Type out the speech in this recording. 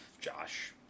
Josh